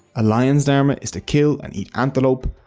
a lion's dharma is to kill and eat antelope.